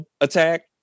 attack